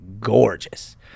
gorgeous